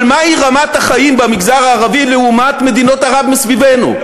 אבל מהי רמת החיים במגזר הערבי לעומת מדינות ערב מסביבנו,